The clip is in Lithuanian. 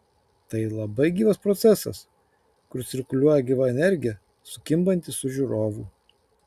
tai labai gyvas procesas kur cirkuliuoja gyva energija sukimbanti su žiūrovu